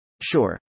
Sure